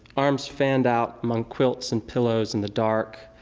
arms fanned out among quilts and pillows in the dark,